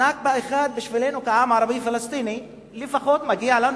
"נכבה" אחת בשבילנו כעם הערבי פלסטיני מגיע לנו